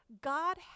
god